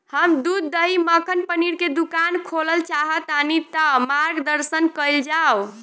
हम दूध दही मक्खन पनीर के दुकान खोलल चाहतानी ता मार्गदर्शन कइल जाव?